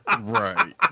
Right